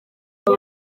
aba